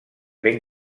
ben